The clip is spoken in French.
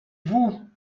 vous